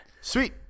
Sweet